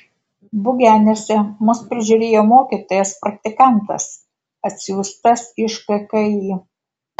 bugeniuose mus prižiūrėjo mokytojas praktikantas atsiųstas iš kki